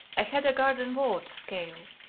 i had a garden wall to scale,